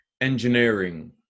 engineering